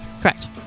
correct